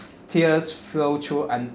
tears flow through un~